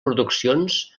produccions